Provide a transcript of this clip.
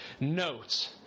notes